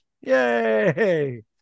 Yay